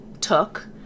took